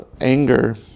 anger